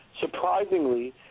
surprisingly